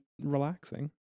relaxing